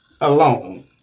alone